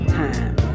time